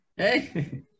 Hey